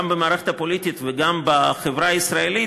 גם במערכת הפוליטית וגם בחברה הישראלית,